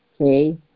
okay